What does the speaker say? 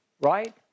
right